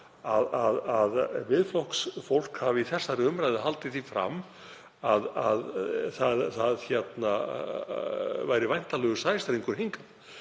að Miðflokksfólk hafi í þessari umræðu haldið því fram að það væri væntanlegur sæstrengur hingað.